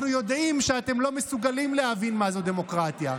אנחנו יודעים שאתם לא מסוגלים להבין מה זו דמוקרטיה.